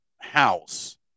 house